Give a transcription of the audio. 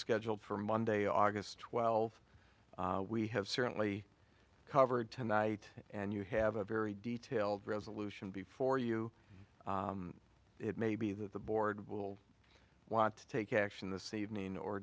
scheduled for monday august twelfth we have certainly covered tonight and you have a very detailed resolution before you it may be that the board will want to take action this evening or